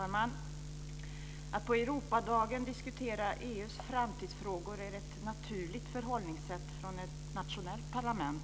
Herr talman! Att på Europadagen diskutera EU:s framtidsfrågor är ett rätt naturligt förhållningssätt från ett nationellt parlament,